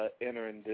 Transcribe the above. entering